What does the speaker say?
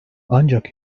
ancak